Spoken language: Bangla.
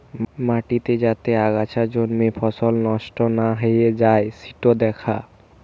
মাটিতে যাতে আগাছা জন্মে ফসল নষ্ট না হৈ যাই সিটো দ্যাখা